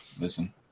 Listen